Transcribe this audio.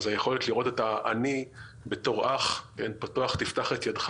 אז היכולת לראות את העני בתור אח פתוח תפתח את ידך